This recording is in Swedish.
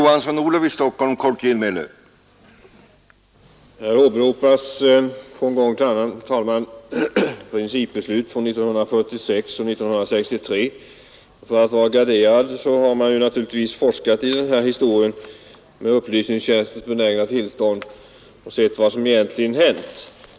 Herr talman! Här har gång efter gång åberopats principbesluten från 1946 och 1963. För att vara garderad har jag med upplysningstjänstens benägna bistånd forskat i denna fråga för att se vad som egentligen har hänt.